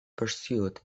pursued